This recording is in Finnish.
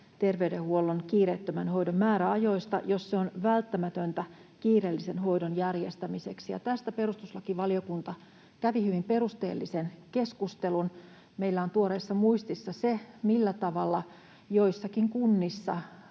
terveydenhuollon kiireettömän hoidon määräajoista, jos se on välttämätöntä kiireellisen hoidon järjestämiseksi, ja tästä perustuslakivaliokunta kävi hyvin perusteellisen keskustelun. Meillä on tuoreessa muistissa se, millä tavalla joissakin kunnissa